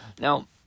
Now